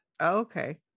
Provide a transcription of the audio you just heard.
Okay